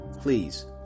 please